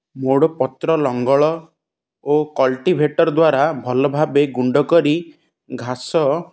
ମୋଡ଼ ପତ୍ର ଲଙ୍ଗଳ ଓ କଲ୍ଟିଭେଟର୍ ଦ୍ୱାରା ଭଲ ଭାବେ ଗୁଣ୍ଡ କରି ଘାସ